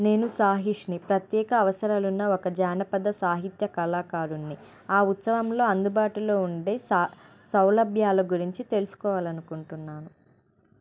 నేను సాహిష్ని ప్రత్యేక అవసరాలు ఉన్న ఒక జానపద సాహిత్య కళాకారుడ్ని ఆ ఉత్సవంలో అందుబాటులో ఉండే స సౌలభ్యాల గురించి తెలుసుకోవాలని అనుకుంటున్నాను